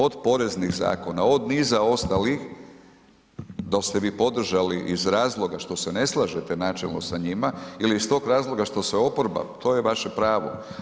Od poreznih zakona, od niza ostalih, dal ste vi podržali iz razloga što se ne slažete načelno sa njima ili iz tog razloga što se oporba, to je vaše pravo.